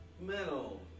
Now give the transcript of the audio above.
metal